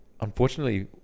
unfortunately